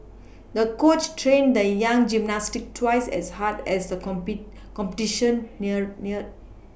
the coach trained the young gymnast twice as hard as a compet competition neared near